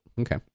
Okay